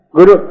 Guru